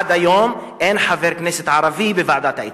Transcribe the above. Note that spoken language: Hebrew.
עד היום אין חבר הכנסת ערבי בוועדת האתיקה.